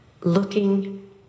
looking